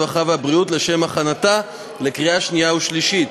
הרווחה והבריאות, לשם הכנתה לקריאה שנייה ושלישית.